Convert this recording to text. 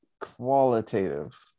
qualitative